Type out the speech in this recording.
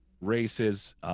races